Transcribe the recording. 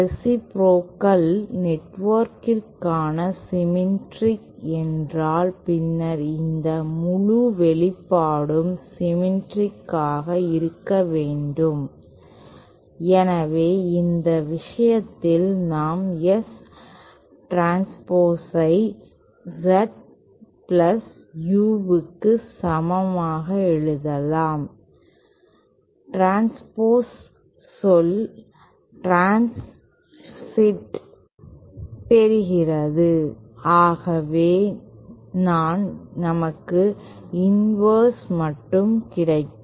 reciprocal நெட்வொர்க்கிற்கான symmetric என்றால் பின்னர் இந்த முழு வெளிப்பாடும் சிம்மேற்றிக் ஆக இருக்க வேண்டும் எனவே அந்த விஷயத்தில் நாம் S டிரான்ஸ்போஸை Z Uக்கு சமமாக எழுதலாம் டிரான்ஸ்போஸ் சொல் டிரான்சிட்டை பெறுகிறது ஆகவே தான் நமக்கு இன்வர்ஸ் மட்டும் கிடைக்கும்